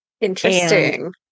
Interesting